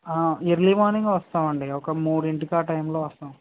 early morning వస్తామండి ఒక మూడింటికి ఆ టైంలో వస్తాం